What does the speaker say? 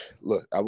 look